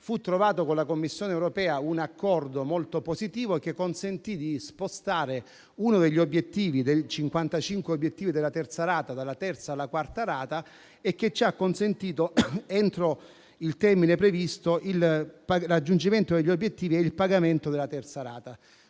fu trovato con la Commissione europea un accordo molto positivo che consentì di spostare uno dei 55 obiettivi della terza rata alla quarta rata e che ci ha consentito, entro il termine previsto, il raggiungimento degli obiettivi e il pagamento della terza rata.